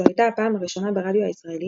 זו הייתה הפעם הראשונה ברדיו הישראלי